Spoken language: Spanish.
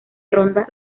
ronda